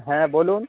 হ্যাঁ বলুন